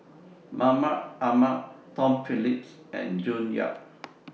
Mahmud Ahmad Tom Phillips and June Yap